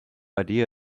idea